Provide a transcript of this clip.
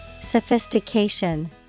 Sophistication